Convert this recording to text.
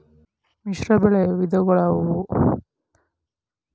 ಮಿಶ್ರಬೆಳೆ ವಿಧಗಳಾವುವು?